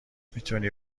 میتونی